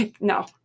no